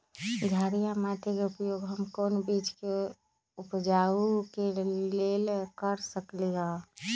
क्षारिये माटी के उपयोग हम कोन बीज के उपजाबे के लेल कर सकली ह?